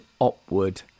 upward